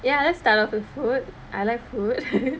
ya let's start off with food I like food